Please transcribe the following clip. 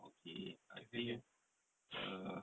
okay I think err